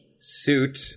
suit